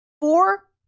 Four